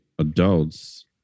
adults